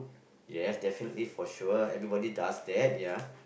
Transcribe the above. yes definitely for sure everybody does that ya